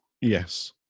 Yes